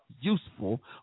useful